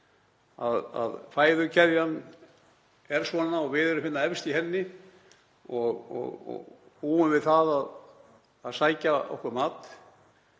Fæðukeðjan er svona og við erum efst í henni og búum við það að sækja okkur mat